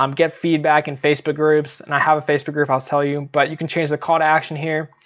um get feedback in facebook groups. and i have a facebook group i'll tell you. but you can change the call to action here.